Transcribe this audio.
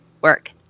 work